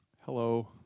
Hello